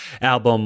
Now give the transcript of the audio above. album